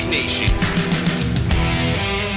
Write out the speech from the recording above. Nation